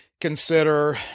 consider